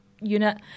unit